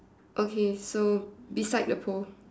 okay so beside the pole